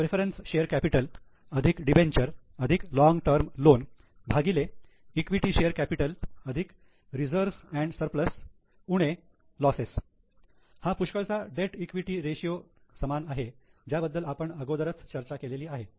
preference share capital debenture long term loan Preference share capital Debenture Long term loan capital gearing ratio equity share capital reserve and surplus loss Equity share capital Reserves Surplus Losses हा पुष्कळसा debt equity ratio समान आहे ज्याबद्दल आपण अगोदर चर्चा केली आहे